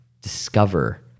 discover